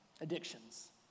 Addictions